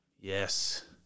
Yes